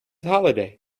holiday